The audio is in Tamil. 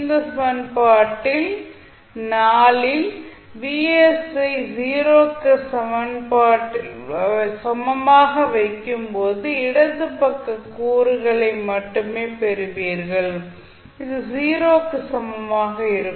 இந்த சமன்பாட்டில் Vs ஐ 0 க்கு சமமாக வைக்கும் போது இடது பக்க கூறுகளை மட்டுமே பெறுவீர்கள் இது 0 க்கு சமமாக இருக்கும்